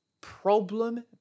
problem